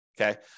okay